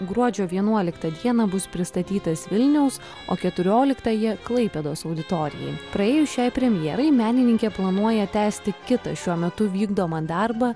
gruodžio vienuoliktą dieną bus pristatytas vilniaus o keturioliktąją klaipėdos auditorijai praėjus šiai premjerai menininkė planuoja tęsti kitą šiuo metu vykdomą darbą